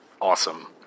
awesome